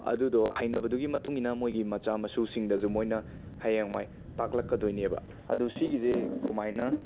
ꯑꯗꯨꯗꯣ ꯍꯩꯅꯕꯗꯨꯒꯤ ꯃꯇꯨꯡ ꯏꯟꯅ ꯃꯣꯏꯒꯤ ꯃꯆꯥ ꯃꯁꯨꯁꯤꯡꯗꯁꯨ ꯃꯣꯏꯅ ꯍꯌꯦꯡꯋꯥꯏ ꯇꯥꯛꯂꯛꯀꯗꯣꯏꯅꯦꯕ ꯑꯗꯣ ꯁꯤꯒꯤꯁꯦ ꯀꯃꯥꯏꯅ